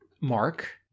Mark